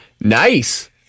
Nice